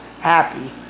happy